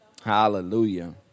Hallelujah